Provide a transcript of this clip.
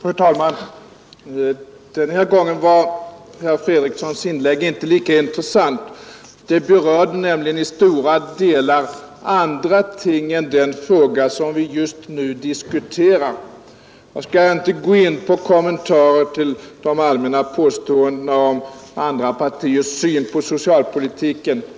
Fru talman! Den här gången var herr Fredrikssons inlägg inte lika intressant. Det berörde nämligen i stora delar andra ting än den fråga som vi just nu diskuterar. Jag skall inte gå in på kommentarer till de allmänna påståendena om andra partiers syn på socialpolitiken.